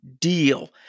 deal